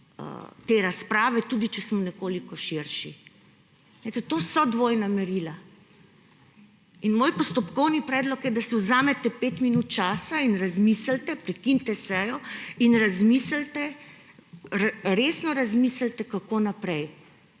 te razprave, tudi če smo nekoliko širši. To so dvojna merila. Moj postopkovni predlog je, da si vzamete 5 minut časa in razmislite, prekinite sejo, in razmislite, resno razmislite, kako naprej.